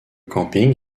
camping